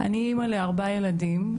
אני אמא לארבעה ילדים,